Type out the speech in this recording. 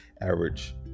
average